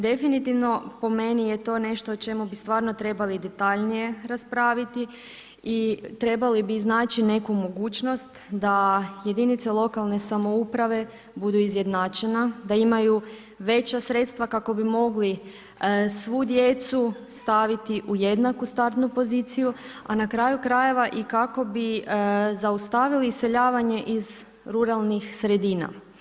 Definitivno, po meni je to nešto o čemu bi stvarno trebali detaljnije raspraviti i trebali bi iznaći neku mogućnost da jedinice lokalne samouprave budu izjednačene, da imaju veća sredstva kako bi mogli svu djecu staviti u jednaku startnu poziciju, a na kraju krajeva i kako bi zaustavili iseljavanje iz ruralnih sredina.